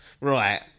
Right